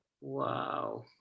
Wow